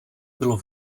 bylo